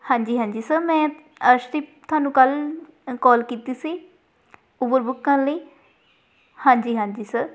ਹਾਂਜੀ ਹਾਂਜੀ ਸਰ ਮੈਂ ਅਰਸ਼ਦੀਪ ਤੁਹਾਨੂੰ ਕੱਲ ਕੋਲ ਕੀਤੀ ਸੀ ਉਬਰ ਬੁੱਕ ਕਰਨ ਲਈ ਹਾਂਜੀ ਹਾਂਜੀ ਸਰ